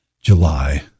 July